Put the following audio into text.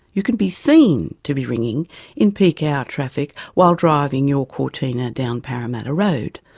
you can be seen to be ringing in peak hour traffic while driving your cortina down parramatta road.